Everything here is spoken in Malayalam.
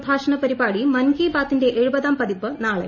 പ്രഭാഷണ പരിപാടി മൻ കി ബാത്തിന്റെ എഴുപതാം പതിപ്പ് നാളെ